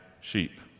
sheep